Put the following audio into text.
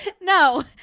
No